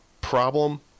problem